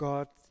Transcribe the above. God